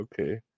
Okay